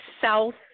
South